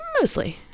mostly